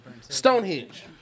Stonehenge